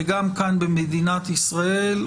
וגם כאן במדינת ישראל,